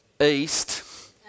east